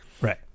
Right